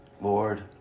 Lord